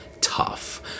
Tough